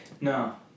No